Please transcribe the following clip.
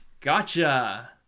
Gotcha